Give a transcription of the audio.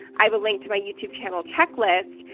i have a link to my youtube channel checklist,